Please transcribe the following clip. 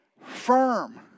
firm